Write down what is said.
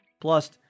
Plus